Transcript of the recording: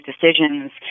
decisions